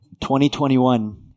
2021